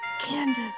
Candace